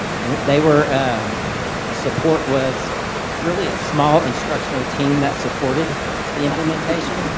and they were the support was really a small instructional team that supported the implementation.